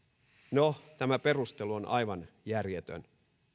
no tämä perustelu on aivan järjetön